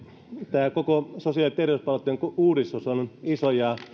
tämä koko sosiaali ja terveyspalveluitten uudistus on on iso ja